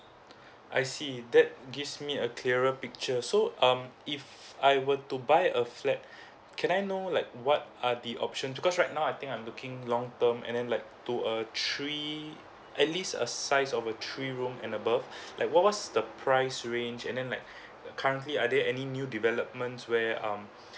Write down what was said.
I see that gives me a clearer picture so um if I were to buy a flat can I know like what are the options because right now I think I'm looking long term and then like two uh three at least a size over three room and above like what what's the price range and then like currently are there any new developments where